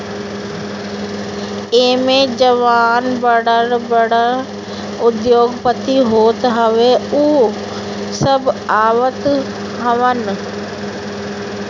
एमे जवन बड़ बड़ उद्योगपति होत हवे उ सब आवत हवन